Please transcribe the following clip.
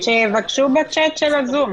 שיבקשו בצ'ט של הזום.